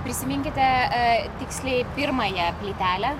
prisiminkite tiksliai pirmąją plytelę